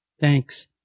thanks